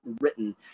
written